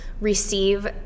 receive